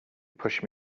push